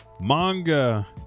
manga